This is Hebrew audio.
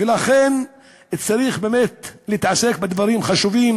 ולכן צריך באמת להתעסק בדברים חשובים,